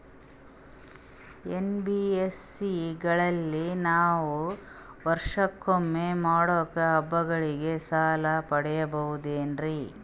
NBSC ಗಳಲ್ಲಿ ನಾವು ವರ್ಷಕೊಮ್ಮೆ ಮಾಡೋ ಹಬ್ಬಗಳಿಗೆ ಸಾಲ ಪಡೆಯಬಹುದೇನ್ರಿ?